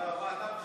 אתה טוען,